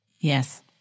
Yes